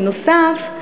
בנוסף,